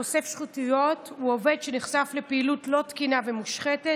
חושף שחיתויות הוא עובד שנחשף לפעילות לא תקינה ומושחתת,